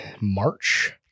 March